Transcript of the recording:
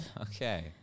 Okay